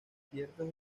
ciertas